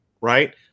right